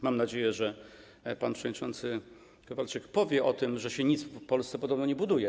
Mam nadzieję, że pan przewodniczący Kowalczyk powie coś o tym, że się nic w Polsce podobno nie buduje.